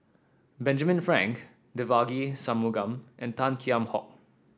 Benjamin Frank Devagi Sanmugam and Tan Kheam Hock